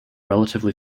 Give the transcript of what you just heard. relatively